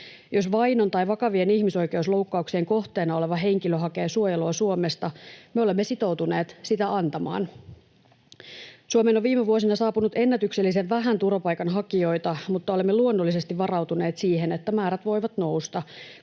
Jos vainon tai vakavien ihmisoikeusloukkauksien kohteena oleva henkilö hakee suojelua Suomesta, me olemme sitoutuneet sitä antamaan. Suomeen on viime vuosina saapunut ennätyksellisen vähän turvapaikanhakijoita, mutta olemme luonnollisesti varautuneet siihen, että määrät voivat nousta,